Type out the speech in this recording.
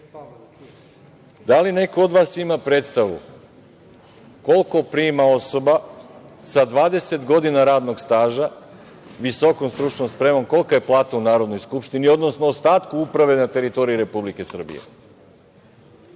li neko od vas ima predstavu koliko prima osoba sa 20 godina radnog staža, visokom stručnom spremom? Kolika je plata u Narodnoj skupštini, odnosno ostatku uprave na teritoriji Republike Srbije,